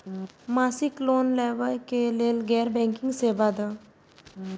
मासिक लोन लैवा कै लैल गैर बैंकिंग सेवा द?